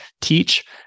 teach